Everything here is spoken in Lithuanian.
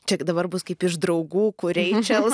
čia dabar bus kaip iš draugų kur reičel